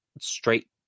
straight